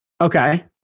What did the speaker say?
Okay